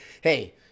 hey